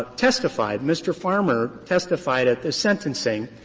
testified, mr. farmer testified at the sentencing,